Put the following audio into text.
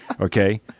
okay